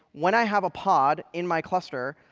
when i have a pod in my cluster,